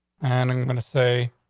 and i'm going to say,